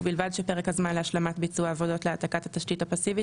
ובלבד שפרק הזמן להשלמת ביצוע העבודות להעתקת התשתית הפסיבית